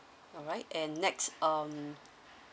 alright and next um